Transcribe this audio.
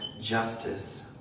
justice